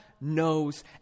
knows